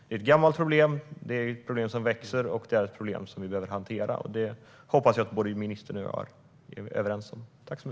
Det är ett gammalt problem som växer och som vi behöver hantera. Det hoppas jag att ministern och jag är överens om.